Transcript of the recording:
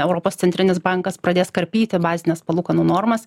europos centrinis bankas pradės karpyti bazines palūkanų normas